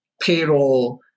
payroll